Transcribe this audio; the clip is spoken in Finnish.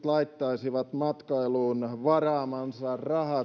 laittaisivat matkailuun varaamansa rahat